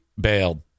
bailed